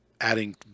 adding